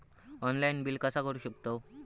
Online bill कसा करु शकतव?